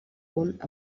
punt